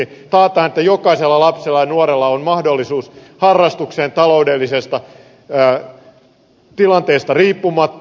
taataan että jokaisella lapsella ja nuorella on mahdollisuus harrastukseen taloudellisesta tilanteesta riippumatta